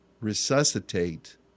resuscitate